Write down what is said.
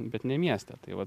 bet ne mieste tai va